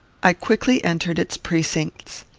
i quickly entered its precincts.